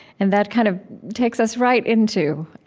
and that kind of takes us right into